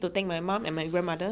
like I I don't do much